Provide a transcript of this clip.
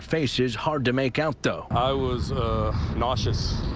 faces hard to make out, though. i was nauseous.